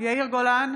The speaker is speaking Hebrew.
יאיר גולן,